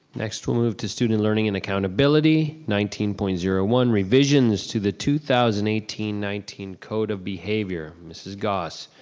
next we'll move to student learning and accountability, nineteen point zero one, revisions to the two thousand and eighteen nineteen code of behavior, mrs. goss.